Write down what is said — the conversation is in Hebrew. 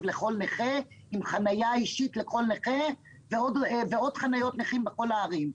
לכל נכה עם חניה אישית לכל נכה ועוד חניות נכים בכל הערים.